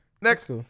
Next